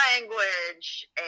language